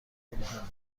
مهم